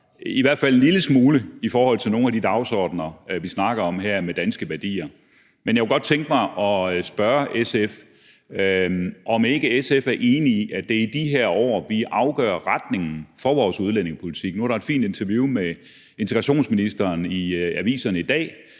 i hvert fald en lille smule i forhold til nogle af de dagsordener, vi snakker om her, med danske værdier. Men jeg kunne godt tænke mig at spørge SF, om ikke SF er enige i, at det er i de her år, vi afgør retningen for vores udlændingepolitik. Nu var der et fint interview med integrationsministeren i aviserne i dag,